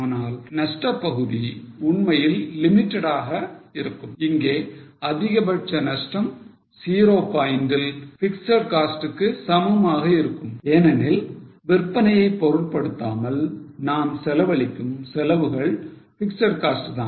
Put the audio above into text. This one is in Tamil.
ஆனால் நஷ்ட பகுதி உண்மையில் limited ஆக இருக்கும் இங்கே அதிகபட்ச நஷ்டம் 0 பாயிண்டில் பிக்ஸட் காஸ்ட்க்கு சமமாக இருக்கும் ஏனெனில் விற்பனையை பொருட்படுத்தாமல் நாம் செலவழிக்கும் செலவுகள் பிக்ஸட் காஸ்ட் தான்